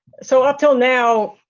so until now,